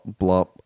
blop